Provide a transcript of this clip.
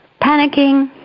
panicking